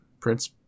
Prince